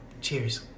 Cheers